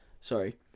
sorry